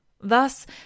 Thus